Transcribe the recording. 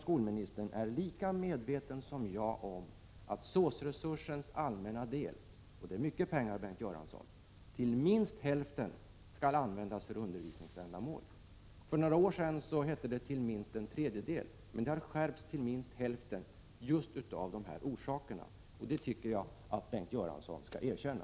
Skolministern är ju lika medveten som jag om att SÅS-resursens allmänna del — och det är fråga om mycket pengar, Bengt Göransson -— till minst hälften skall användas för undervisningsändamål. För några år sedan hette det att den till minst en tredjedel skulle användas för undervisningsändamål, men detta har skärpts till minst hälften, just av de orsaker jag nämnt. Detta tycker jag att Bengt 25 Göransson skall erkänna.